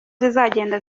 zizagenda